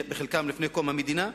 חלקם מלפני קום המדינה.